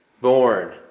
born